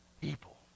People